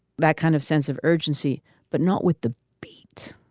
that kind of sense of urgency but not with the beat.